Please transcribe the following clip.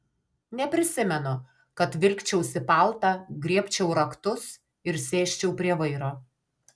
neprisimenu kad vilkčiausi paltą griebčiau raktus ir sėsčiau prie vairo